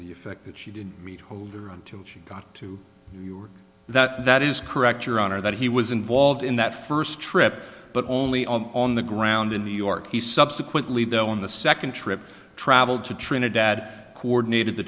the effect that she didn't meet holder until she got to new york that is correct your honor that he was involved in that first trip but only on the ground in new york he subsequently though on the second trip traveled to trinidad coordinated the